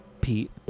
pete